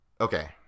okay